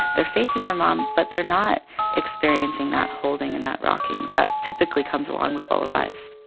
they're facing their mom, but they're not experiencing that holding and that rocking that typically comes along with lullabies.